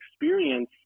experience